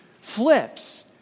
Flips